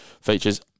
features